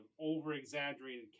over-exaggerated